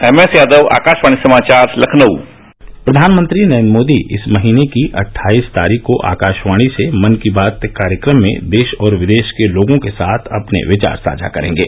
M S Yadav Akashvani समाचार लखनऊ प्रधानमंत्री नरेन्द्र मोदी इस महीने की अट्ठाईस तारीख को आकाशवाणी से मन की बात कार्यक्रम में देश और विदेश के लोगों के साथ अपने विचार साझा करेंगे